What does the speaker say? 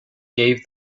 gave